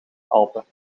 alpen